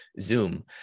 zoom